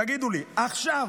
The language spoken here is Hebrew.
תגידו לי עכשיו,